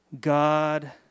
God